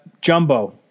jumbo